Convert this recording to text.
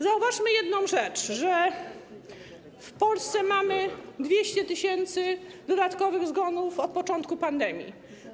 Zauważmy jedną rzecz: w Polsce mamy 200 tys. dodatkowych zgonów od początku pandemii.